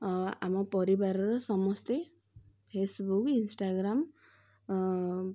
ଆଉ ଆମ ପରିବାରର ସମସ୍ତେ ଫେସବୁକ୍ ଇନଷ୍ଟାଗ୍ରାମ୍